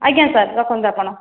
ଆଜ୍ଞା ସାର୍ ରଖନ୍ତୁ ଆପଣ